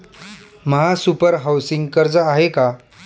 महासुपर हाउसिंग कर्ज आहे का?